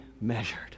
measured